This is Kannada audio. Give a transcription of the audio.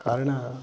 ಕಾರಣ